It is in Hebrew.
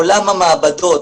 עולם המעבדות.